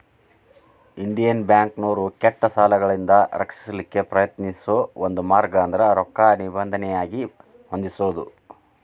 Indian ಬ್ಯಾಂಕ್ನೋರು ಕೆಟ್ಟ ಸಾಲಗಳಿಂದ ರಕ್ಷಿಸಲಿಕ್ಕೆ ಪ್ರಯತ್ನಿಸೋ ಒಂದ ಮಾರ್ಗ ಅಂದ್ರ ರೊಕ್ಕಾ ನಿಬಂಧನೆಯಾಗಿ ಹೊಂದಿಸೊದು